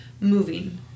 moving